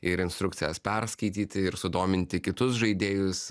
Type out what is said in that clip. ir instrukcijas perskaityti ir sudominti kitus žaidėjus